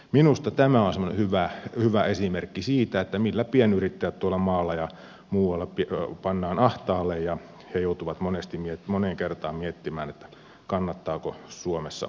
minusta tämä on semmoinen hyvä esimerkki siitä millä pienyrittäjät tuolla maalla ja muualla pannaan ahtaalle ja he joutuvat moneen kertaan miettimään kannattaako suomessa yrittää